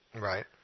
Right